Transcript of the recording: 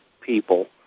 people